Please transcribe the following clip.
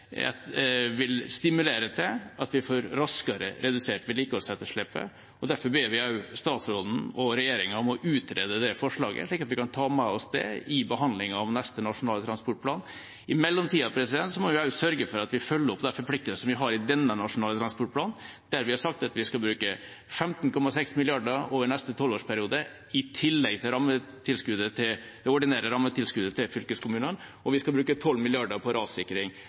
det vil stimulere til at vi raskere får redusert vedlikeholdsetterslepet. Derfor ber vi også statsråden og regjeringa om å utrede forslaget, slik at vi kan ta med oss det i behandlingen av neste nasjonale transportplan. I mellomtiden må vi sørge for at vi følger opp de forpliktelsene vi har i denne nasjonale transportplanen, der det står at vi skal bruke 15,6 mrd. kr over neste 12-årsperiode i tillegg til det ordinære rammetilskuddet til fylkeskommunene, og at vi skal bruke 12 mrd. kr på rassikring.